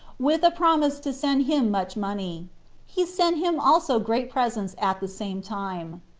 with a promise to send him much money he sent him also great presents at the same time.